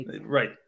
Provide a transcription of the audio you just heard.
Right